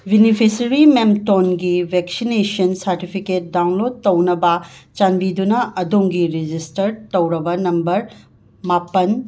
beneficiary ꯃꯦꯝꯇꯣꯟꯒꯤ vaccination certificate download ꯇꯧꯅꯕ ꯆꯥꯟꯕꯤꯗꯨꯅ ꯑꯗꯣꯝꯒꯤ ꯔꯤꯖꯤꯁꯇꯔꯠ ꯇꯧꯔꯕ ꯅꯝꯕꯔ ꯃꯥꯄꯟ